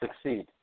succeed